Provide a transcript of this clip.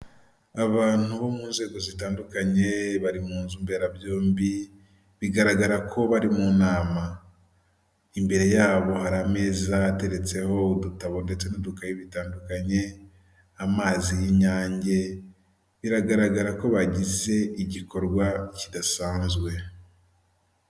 Abantu bo mu nzego zitandukanye bari mu nzu mberabyombi bigaragara ko bari mu nama, imbere yabo hari ameza ateretseho udutabo ndetse n'udukayi bitandukanye amazi y'inyange biragaragara ko bagize igikorwa kidasanzwe.